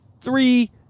three